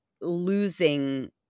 losing